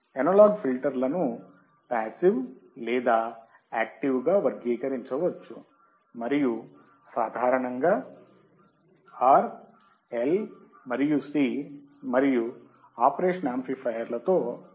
analogue ఫిల్టర్లను passive లేదా active గా వర్గీకరించవచ్చు మరియు సాధారణంగా R L మరియు C మరియు ఆపరేషన్ యాంప్లిఫయర్ల తో తయారు చేయబడతాయి